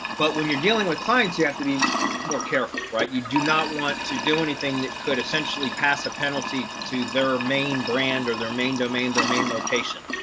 but when you're dealing with client, you have to be more careful, right, you do not want to do anything that could essentially pass a penalty to their main brand or their main domain, their main location.